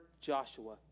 Joshua